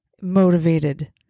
motivated